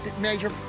major